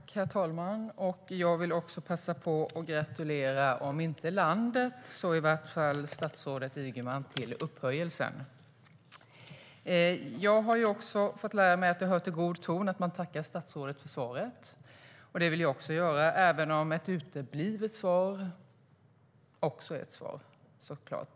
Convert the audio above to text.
Herr talman! Jag vill passa på att gratulera om inte landet så i vart fall statsrådet Ygeman till upphöjelsen. Jag har också fått lära mig att det hör till god ton att man tackar statsrådet för svaret. Det vill jag också göra, även om ett uteblivet svar också är ett svar.